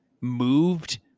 moved